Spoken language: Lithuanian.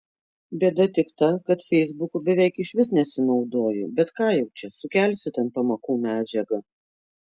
bėda tik ta kad feisbuku beveik išvis nesinaudoju bet ką jau čia sukelsiu ten pamokų medžiagą